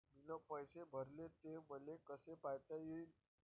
मीन पैसे भरले, ते मले कसे पायता येईन?